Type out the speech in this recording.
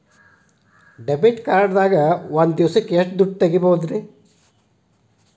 Debit card ದಾಗ ಒಂದ್ ದಿವಸಕ್ಕ ಎಷ್ಟು ದುಡ್ಡ ತೆಗಿಬಹುದ್ರಿ?